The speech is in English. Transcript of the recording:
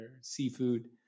seafood